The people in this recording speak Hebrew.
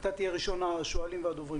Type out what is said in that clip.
אתה ראשון השואלים והדוברים.